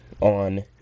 on